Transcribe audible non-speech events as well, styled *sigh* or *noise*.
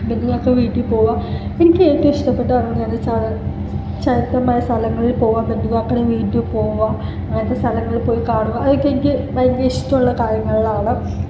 ബന്ധുക്കട വീട്ടിൽ പോകുക എനിക്ക് ഏറ്റവും ഇഷ്ടപ്പെട്ട ഒന്നാണ് ചരിത്രമായ സ്ഥലങ്ങളിൽ പോകാൻ പറ്റുക *unintelligible* പോകുക അങ്ങനത്തെ സ്ഥലങ്ങളിൽ പോയി കാണുക അതൊക്കെ എനിക്ക് എനിക്ക് ഭയങ്കര ഇഷ്ടമുള്ള കാര്യങ്ങളാണ്